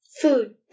food